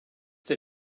they